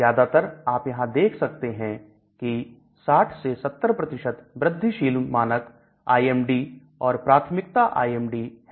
ज्यादातर आप यहां देख सकते हैं की 60 से 70 वृद्धिशील मानक IMD's और प्राथमिकता IMD's है